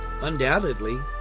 Undoubtedly